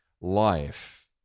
life